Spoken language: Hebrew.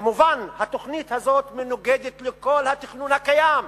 מובן שהתוכנית הזאת מנוגדת לכל התכנון הקיים,